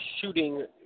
shooting